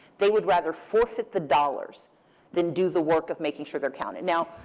they would rather forfeit the dollars than do the work of making sure they're counted. now,